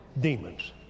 demons